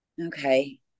Okay